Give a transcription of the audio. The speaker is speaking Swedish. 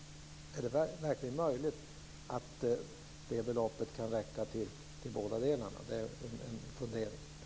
Är det verkligen möjligt att det beloppet kan räcka till bådadera? Det är en fundering.